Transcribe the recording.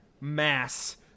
Mass